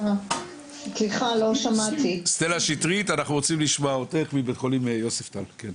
סטלה שיטריט, בבקשה.